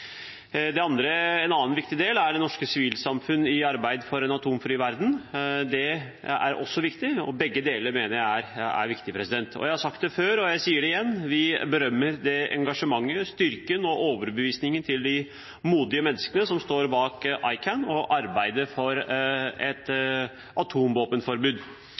En annen viktig del er det norske sivilsamfunnets arbeid for en atomvåpenfri verden. Det er også viktig; begge deler mener jeg er viktig. Jeg har sagt det før, og jeg sier det igjen, at vi berømmer engasjementet, styrken og overbevisningen til de modige menneskene som står bak ICAN, og arbeidet for et